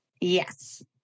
Yes